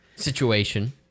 situation